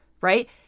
right